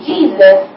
Jesus